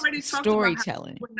storytelling